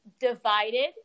divided